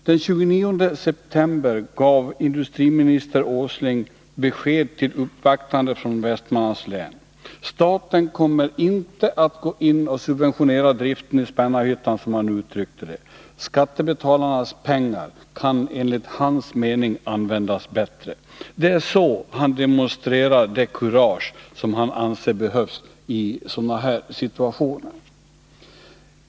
Den 29 september gav industriminister Åsling besked till uppvaktande personer från Västmanlands län. Staten kommer inte att gå in och subventionera driften i Spännarhyttan, som han uttryckte det. Skattebetalarnas pengar kan enligt hans mening användas bättre. Det är så han demonstrerar det kurage som han anser behövs i sådana här situationer.